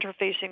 interfacing